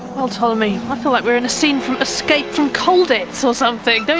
well ptolemy, i feel like we're in a scene from escape from colditz or something, don't